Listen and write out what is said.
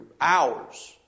hours